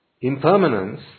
Impermanence